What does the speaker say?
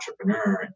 entrepreneur